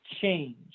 change